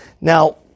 Now